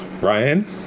ryan